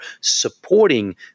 supporting